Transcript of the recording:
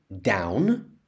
down